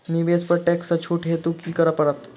निवेश पर टैक्स सँ छुट हेतु की करै पड़त?